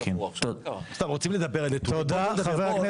רוצים לדבר, בואו נדבר.